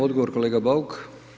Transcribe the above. Odgovor kolega Bauk.